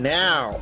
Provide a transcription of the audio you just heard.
now